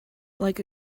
like